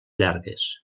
llargues